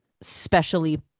specially